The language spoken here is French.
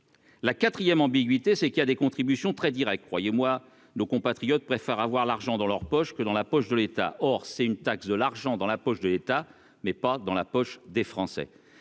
la quatrième ambiguïté, c'est qu'il y a des contributions très Direct, croyez-moi, nos compatriotes préfèrent avoir l'argent dans leur poche que dans la poche de l'État, or c'est une taxe de l'argent dans la poche de l'État, mais pas dans la poche des Français,